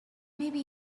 maybe